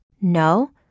No